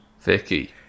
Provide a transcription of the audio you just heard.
Vicky